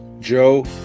Joe